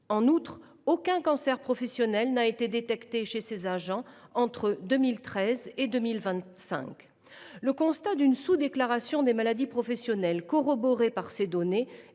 En outre, aucun cancer professionnel n’a été détecté chez ces agents entre 2013 et 2025. Le constat d’une sous déclaration des maladies professionnelles, corroboré par ces données,